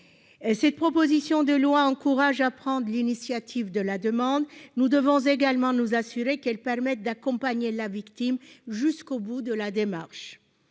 Cette proposition de loi encourage la victime à prendre l'initiative de la demande. Nous devons également nous assurer qu'elle lui permette d'être accompagnée jusqu'au bout de sa démarche.